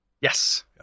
yes